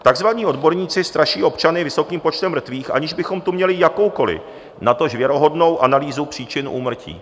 Takzvaní odborníci straší občany vysokým počtem mrtvých, aniž bychom tu měli jakoukoli, natož věrohodnou analýzu příčin úmrtí.